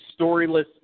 storyless